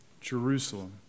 Jerusalem